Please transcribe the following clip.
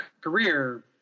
career